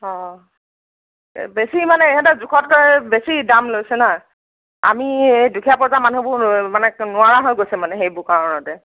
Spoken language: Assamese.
অ বেছি মানে ইহঁতে জোখতকৈ বেছি দাম লৈছে ন' আমি দুখীয়া প্ৰজা মানুহবোৰ মানে নোৱাৰা হৈ গৈছে মানে সেইবোৰ কাৰণতে